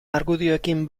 argudioekin